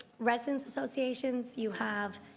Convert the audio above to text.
residents associations. you have